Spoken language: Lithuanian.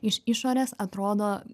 iš išorės atrodo